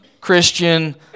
Christian